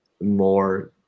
more